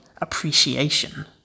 appreciation